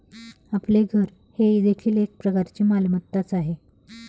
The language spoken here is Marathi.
आपले घर हे देखील एक प्रकारची मालमत्ताच आहे